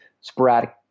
sporadic –